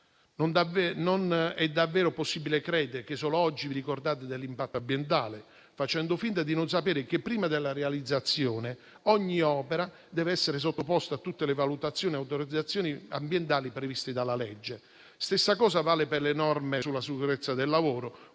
Non è davvero possibile credere che solo oggi vi ricordiate dell'impatto ambientale, facendo finta di non sapere che, prima della realizzazione, ogni opera dev'essere sottoposta a tutte le valutazioni e autorizzazioni ambientali previste dalla legge. La stessa cosa vale per le norme sulla sicurezza del lavoro,